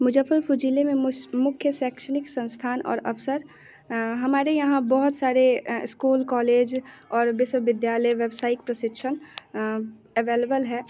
मुजफ्फरपुर जिले में मुख्य शैक्षणिक संस्थान और अफसर हमारे यहाँ बहुत सारे स्कूल कॉलेज और विश्वविद्यालय वेबसाइट प्रशिक्षण अवेलेबल है